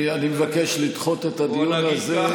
אני מבקש לדחות את הדיון הזה,